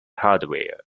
hardware